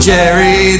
Jerry